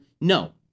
No